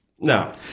No